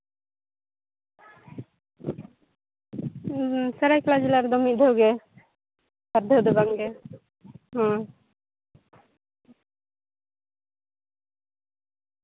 ᱦᱩᱸ ᱥᱚᱨᱟᱭᱠᱮᱞᱞᱟ ᱡᱮᱞᱟ ᱨᱮᱫᱚ ᱢᱤᱫ ᱫᱷᱟᱣ ᱜᱮ ᱵᱟᱨ ᱫᱷᱟᱣ ᱫᱚ ᱵᱟᱝᱜᱮ ᱦᱚᱸ